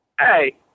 hey